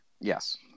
Yes